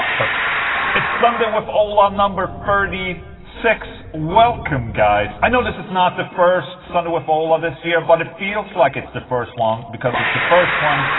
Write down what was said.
perfect it's sunday with ola number thirty six welcome, guys i know this is not the first sunday with ola this year, but it feels like it's the first one because it's the first one.